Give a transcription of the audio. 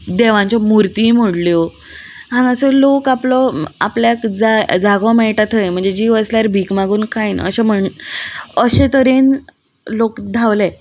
देवांच्यो मुर्ती मोडल्यो हांगासर लोक आपलो आपल्याक जाय जागो मेळटा थंय म्हणजे जीव आसल्यार भीक मागून खायन अशें म्हण अशे तरेन लोक धांवले